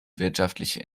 wirtschaftliche